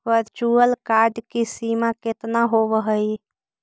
virtual card की सीमा केतना होवअ हई